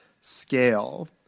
scale